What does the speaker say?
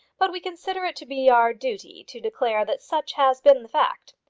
but we consider it to be our duty to declare that such has been the fact.